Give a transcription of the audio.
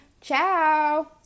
Ciao